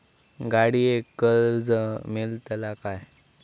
गाडयेक कर्ज मेलतला काय?